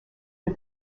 for